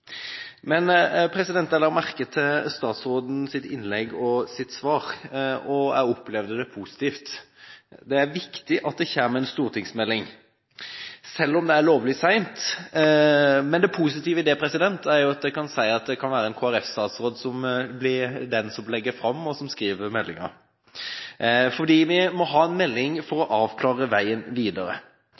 men det positive i det er at det kan bli en KrF-statsråd som blir den som legger den fram, og som skriver meldingen! Vi må ha en melding for å avklare veien videre.